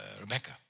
Rebecca